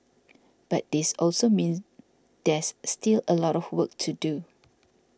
but this also means there's still a lot of work to do